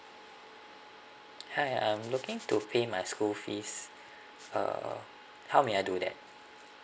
hi I'm looking to pay my school fees uh how may I do that